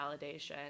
validation